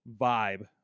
vibe